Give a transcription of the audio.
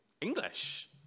English